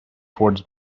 towards